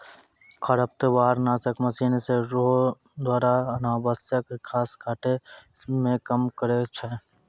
खरपतवार नासक मशीन रो द्वारा अनावश्यक घास काटै मे काम करै छै